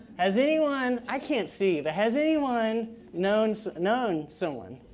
has anyone, i can't see, but has anyone known so known someone.